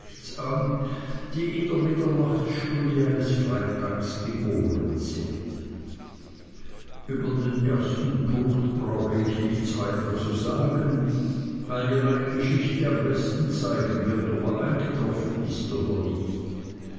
an die in der mitternachtsstunde eines freitags geboren sind über den ersten punkt brauche ich nichts weiter zu sagen weil ja meine geschichte am besten zeigen wird ob er eingetroffen ist oder nicht